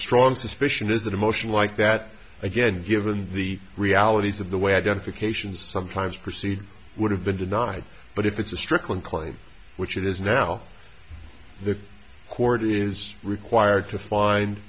strong suspicion is that a motion like that again given the realities of the way identifications sometimes proceed would have been denied but if it's a strickland claim which it is now the court is required to find